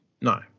No